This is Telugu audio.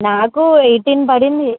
నాకు ఎయిటీన్ పడింది